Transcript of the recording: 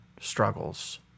struggles